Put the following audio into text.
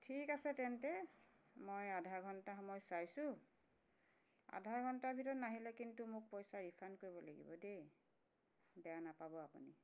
ঠিক আছে তেন্তে মই আধা ঘণ্টা সময় চাইছোঁ আধা ঘণ্টাৰ ভিতৰত নাহিলে কিন্তু মোক পইচা ৰিফাণ্ড কৰিব লাগিব দেই বেয়া নাপাব আপুনি